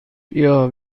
بیا